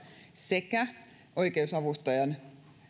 sekä oikeusavustajan